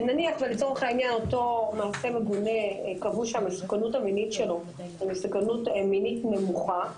ונניח שקבעו שהמסוכנות של אותו מעשה מגונה היא מסוכנות מינית נמוכה,